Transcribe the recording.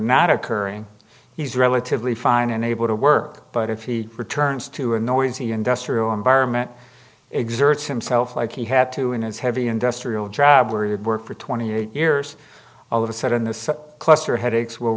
not occurring he's relatively fine and able to work but if he returns to a noisy industrial environment exerts himself like he had to in his heavy industrial job where he did work for twenty eight years all of a sudden the sun cluster headaches will